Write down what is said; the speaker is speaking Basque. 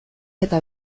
eta